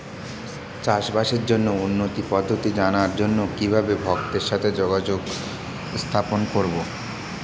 চাষবাসের জন্য উন্নতি পদ্ধতি জানার জন্য কিভাবে ভক্তের সাথে যোগাযোগ স্থাপন করব?